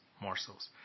Morsels